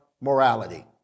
morality